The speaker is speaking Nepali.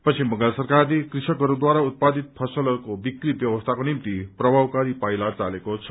पश्चिम बंगाल सरकारले कृषकहरूद्वारा उत्पादित् सलहरूको विक्री व्यवस्थाको निम्ति प्रभावकारी पाइला चालेको छ